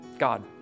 God